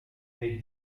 make